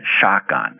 shotgun